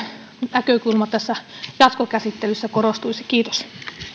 näkökulma tässä jatkokäsittelyssä korostuisi kiitos